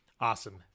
Awesome